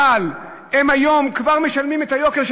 אבל הם היום כבר משלמים את יוקר הדירות.